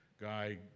guy